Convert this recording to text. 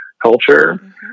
culture